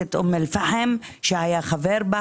מועצת אום אל פאחם שהיה חבר בה.